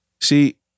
See